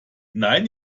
nein